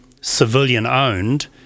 civilian-owned